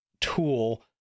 tool